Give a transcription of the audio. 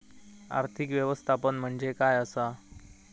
आर्थिक व्यवस्थापन म्हणजे काय असा?